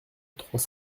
trois